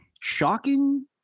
shocking